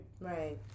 Right